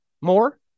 more